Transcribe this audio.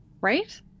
right